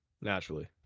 naturally